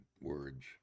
words